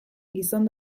gizon